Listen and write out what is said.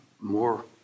more